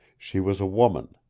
she was a woman.